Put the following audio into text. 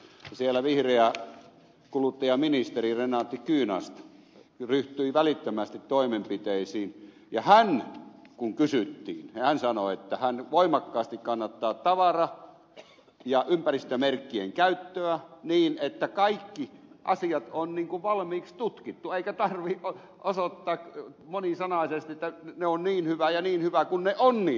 siellä vihreä kuluttajaministeri renate kunast ryhtyi välittömästi toimenpiteisiin ja hän sanoi kun kysyttiin että hän voimakkaasti kannattaa tavara ja ympäristömerkkien käyttöä niin että kaikki asiat on niin kuin valmiiksi tutkittu eikä tarvitse osoittaa monisanaisesti että on niin hyvää ja niin hyvää kun on niin hyvää